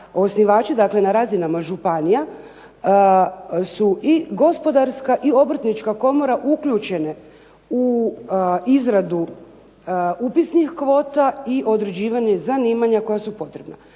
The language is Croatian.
dakle na razinama županija su i Gospodarska i Obrtnička komora uključene u izradu upisnih kvota i određivanje zanimanja koja su potrebna.